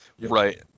Right